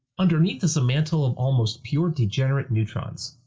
underneath is a mantle of almost pure degenerate neutrons.